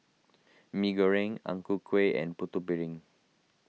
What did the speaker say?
Mee Goreng Ang Ku Kueh and Putu Piring